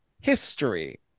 history